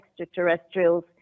extraterrestrials